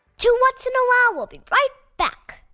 two whats? and a wow! will be right back.